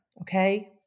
okay